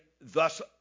thus